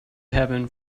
heaven